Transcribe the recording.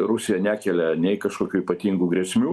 rusija nekelia nei kažkokių ypatingų grėsmių